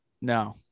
No